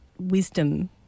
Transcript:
wisdom